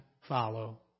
follow